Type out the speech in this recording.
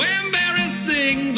embarrassing